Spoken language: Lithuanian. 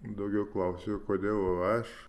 daugiau klausiu kodėl aš